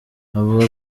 avuga